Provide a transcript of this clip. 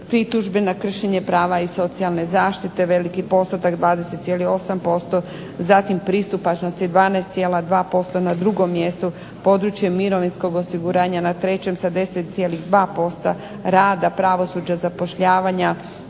pritužbe na kršenje prava iz socijalne zaštite veliki postotak, 20,8%, zatim pristupačnosti 12,2% na drugom mjestu, područje mirovinskog osiguranja na trećem na 10,2%, rada, pravosuđa, zapošljavanja